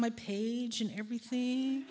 my page and everything